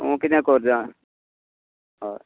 तूं कितें कोर जाण हय